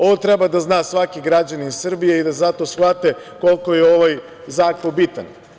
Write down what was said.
Ovo treba da zna svaki građanin Srbije i da zato shvate koliko je ovaj zakon bitan.